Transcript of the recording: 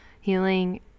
healing